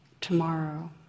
tomorrow